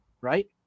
Right